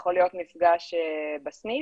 יכול להיות מפגש בסניף,